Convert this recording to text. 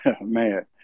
Man